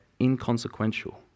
inconsequential